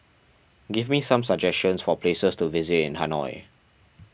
give me some suggestions for places to visit in Hanoi